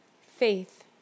Faith